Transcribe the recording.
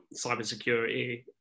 cybersecurity